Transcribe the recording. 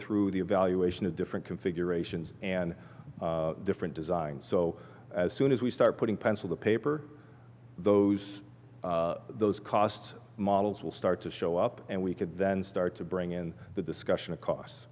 through the evaluation of different configurations and different designs so as soon as we start putting pencil to paper those those costs models will start to show up and we could then start to bring in the discussion of cos